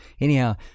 Anyhow